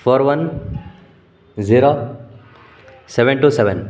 four one zero seven two seven